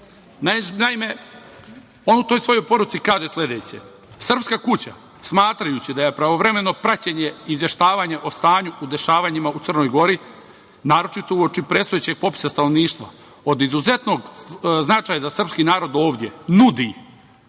radi. Naime, on u toj svojoj poruci kaže sledeće: „Srpska kuća, smatrajući da je pravovremeno praćenje izvještavanja o stanju i dešavanjima u Crnoj Gori, naročito uoči predstojećeg popisa stanovništva, od izuzetnog značaja za srpski narod ovdje, nudi